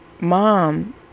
mom